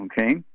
okay